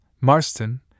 Marston